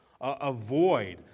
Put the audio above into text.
avoid